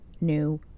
new